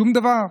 שום דבר.